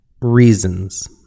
reasons